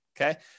okay